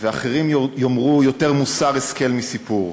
ואחרים יאמרו: 'יותר מוסר השכל מסיפור'.